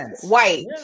White